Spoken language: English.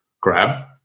Grab